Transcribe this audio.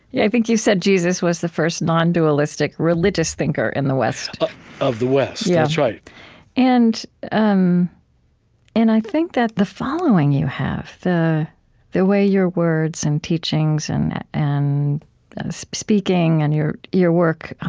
yeah i think you said jesus was the first non-dualistic religious thinker in the west of the west, yeah that's right and um and i think that the following you have, the the way your words and teachings and and speaking and your your work